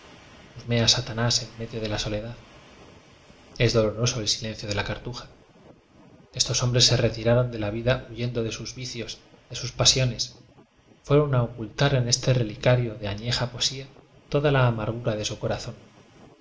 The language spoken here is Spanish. husmea satanás enmedio de la so ledad es doloroso el silencio de la cartuja estos hombres se retiraron de la vida hu yendo de sus vicios de sus pasiones fue ron a ocultar en este relicario de añeja poesía toda la amargura de su corazón